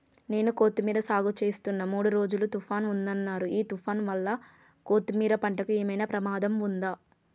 నేను కొత్తిమీర సాగుచేస్తున్న మూడు రోజులు తుఫాన్ ఉందన్నరు ఈ తుఫాన్ వల్ల కొత్తిమీర పంటకు ఏమైనా ప్రమాదం ఉందా?